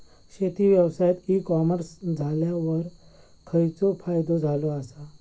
शेती व्यवसायात e commerce इल्यावर खयचो फायदो झालो आसा?